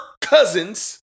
Cousins